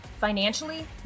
financially